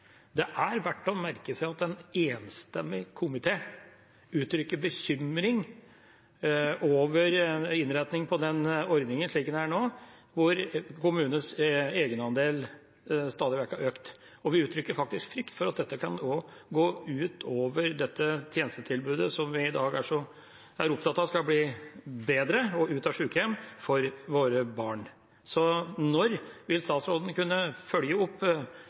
Det er verdt å merke seg at en enstemmig komité uttrykker bekymring over innretningen på ordningen slik den er nå, hvor kommunenes egenandel stadig vekk har økt. Vi uttrykker faktisk frykt for at dette også kan gå ut over tjenestetilbudet som vi i dag er opptatt av at skal bli bedre, for å få våre barn ut av sykehjem. Når vil statsråden kunne følge opp